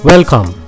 Welcome